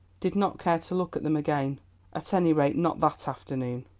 did not care to look at them again at any rate, not that afternoon.